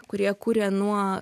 kurie kuria nuo